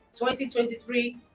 2023